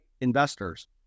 investors